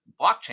blockchain